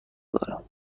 دارم